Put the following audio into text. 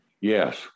Yes